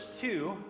two